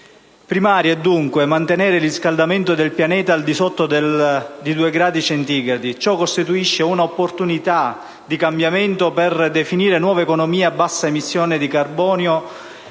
Primario è dunque mantenere il riscaldamento del pianeta al di sotto dei due gradi centigradi. Ciò costituisce un'opportunità di cambiamento per definire nuove economie a basse emissioni di carbonio